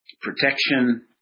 protection